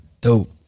dope